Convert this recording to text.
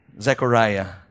Zechariah